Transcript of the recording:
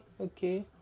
okay